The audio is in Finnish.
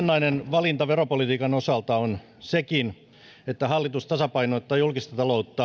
valinta veropolitiikan osalta on sekin että hallitus tasapainottaa julkista taloutta menoja vähentämällä